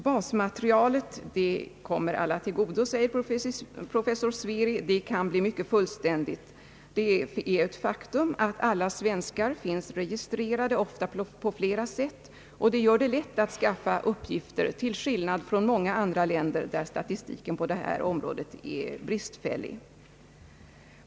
Basmaterialet kommer alla till godo, säger professor Sveri. Det kan bli mycket fullständigt. Det är ett faktum, att alla svenskar finns registrerade, ofta på flera sätt, vilket gör det lätt att skaffa uppgifter, till skillnad från många andra länder, där statistiken på detta område är bristfällig.